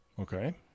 Okay